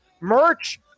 merch